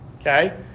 okay